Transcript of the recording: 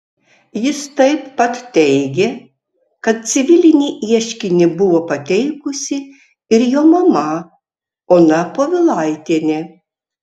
jis taip pat teigė kad civilinį ieškinį buvo pateikusi ir jo mama ona povilaitienė